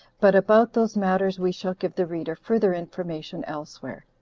but about those matters we shall give the reader further information elsewhere.